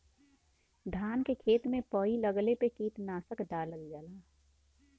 धान के खेत में पई लगले पे कीटनाशक डालल जाला